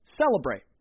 celebrate